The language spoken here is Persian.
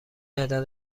عدد